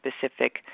specific